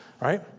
right